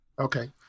Okay